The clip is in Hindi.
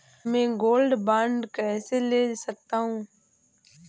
मैं गोल्ड बॉन्ड कैसे ले सकता हूँ?